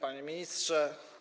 Panie Ministrze!